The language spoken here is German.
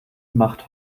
machte